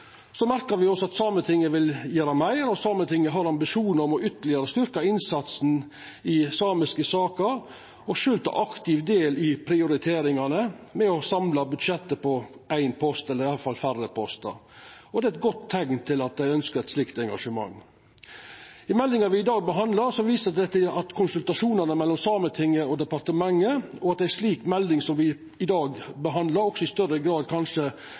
Så merkar me oss at Sametinget vil gjera meir. Sametinget har ambisjonar om ytterlegare å styrkja innsatsen i samiske saker og sjølv ta aktivt del i prioriteringane med å samla budsjettet på éin post, eller iallfall på færre postar. Det er eit godt teikn at ein ønskjer eit slikt engasjement. I meldinga me i dag behandlar, vert det vist til konsultasjonane mellom Sametinget og departementet og at ei slik melding som me i dag behandlar, også i større grad kanskje